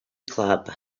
club